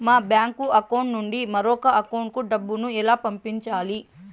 మా bank account నుండి మరొక అకౌంట్ కు డబ్బును ఎలా పంపించాలి